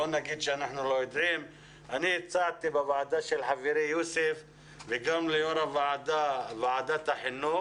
אני הצעתי בוועדה של חברי יוסף ג'בארין וגם ליושב ראש ועדת החינוך